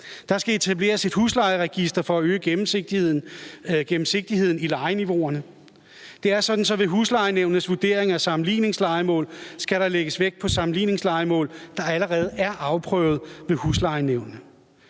Der skal etableres et huslejeregister for at øge gennemsigtigheden i lejeniveauerne. Det er sådan, at der ved huslejenævnets vurderinger af sammenligningslejemål skal lægges vægt på sammenligningslejemål, der allerede er afprøvet ved huslejenævnene.